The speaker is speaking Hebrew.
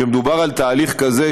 כשמדובר על תהליך כזה,